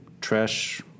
trash